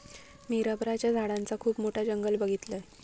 मी रबराच्या झाडांचा खुप मोठा जंगल बघीतलय